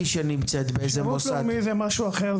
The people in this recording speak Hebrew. שנמצאת באיזה מוסד --- שירות לאומי זה משהו אחר.